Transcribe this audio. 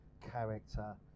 character